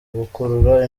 gukurura